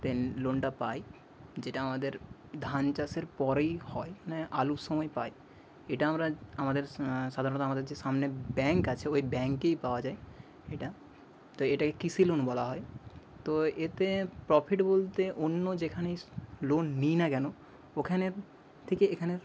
দেন লোনটা পাই যেটা আমাদের ধান চাষের পরেই হয় মানে আলুর সময় পাই এটা আমরা আমাদের সাধারণত আমাদের যে সামনে ব্যাঙ্ক আছে ওই ব্যাঙ্কেই পাওয়া যায় এটা তো এটাকে কৃষি লোন বলা হয় তো এতে প্রফিট বলতে অন্য যেখানে লোন নিই না কেন ওখানের থেকে এখানের